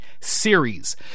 series